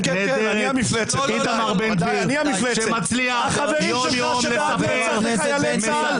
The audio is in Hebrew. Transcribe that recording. איתמר בן גביר שמצליח- -- חיילי צה"ל.